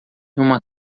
uma